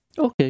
Okay